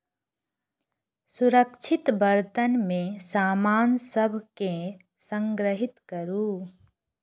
सुरक्षित बर्तन मे सामान सभ कें संग्रहीत करू